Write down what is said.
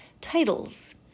titles